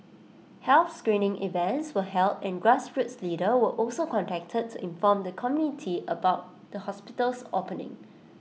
health screening events were held and grassroots leaders were also contacted to inform the community about the hospital's opening